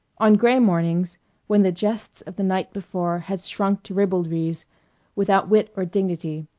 on gray mornings when the jests of the night before had shrunk to ribaldries without wit or dignity,